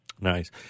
Nice